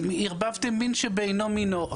ערבבתם מן שבאינו מינו.